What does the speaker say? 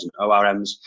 ORMs